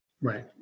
Right